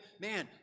man